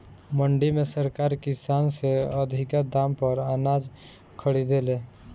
मंडी में सरकार किसान से अधिका दाम पर अनाज खरीदे ले